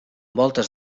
voltes